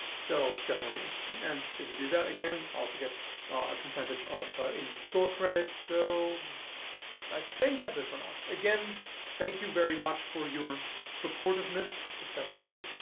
so definitely interesting. and if you do that, again, i also get a percentage in store credit so i think that's it for now again thank you very much for your supportiveness if that's a word.